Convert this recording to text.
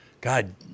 God